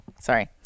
sorry